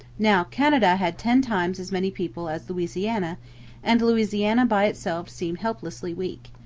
now, canada had ten times as many people as louisiana and louisiana by itself seemed helplessly weak.